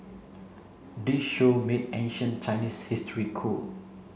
this show made ancient Chinese history cool